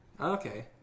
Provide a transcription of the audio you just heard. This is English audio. Okay